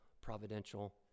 providential